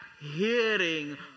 hearing